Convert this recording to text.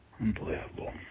Unbelievable